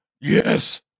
Yes